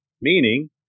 Meaning